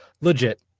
legit